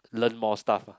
learn more stuff ah